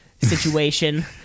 situation